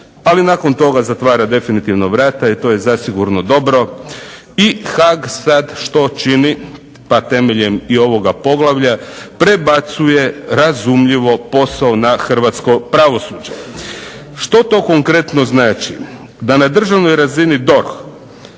ali nakon toga zatvara definitivno vrata i to je zasigurno dobro. I Haag sad što čini? Pa temeljem i ovoga poglavlja prebacuje razumljivo posao na hrvatsko pravosuđe. Što to konkretno znači? Da na državnoj razini DORH